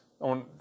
on